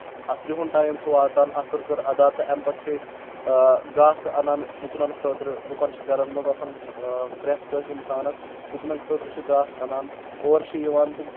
اَصرِ ہُنٛد ٹایم چھُ واتان اَصر کٔر اَدا تہٕ امہِ پَتہٕ چھِ أسۍ گاسہٕ انان گُپنن خٲطرٕ گُپن چھِ گرن منٛز آسان پرؠتھ کٲنٛسہِ اِنسانَس گُپنن خٲطرٕ چھُ گاسہٕ انان اورٕ چھِ یِوان تہٕ